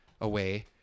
away